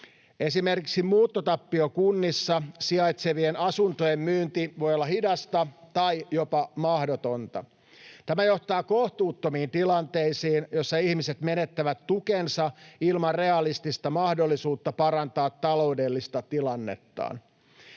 Esimerkiksi muuttotappiokunnissa sijaitsevien asuntojen myynti voi olla hidasta tai jopa mahdotonta. Tämä johtaa kohtuuttomiin tilanteisiin, joissa ihmiset menettävät tukensa ilman realistista mahdollisuutta parantaa taloudellista tilannettaan.